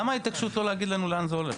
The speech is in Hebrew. למה ההתעקשות לא להגיד לנו לאן זה הולך?